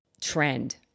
trend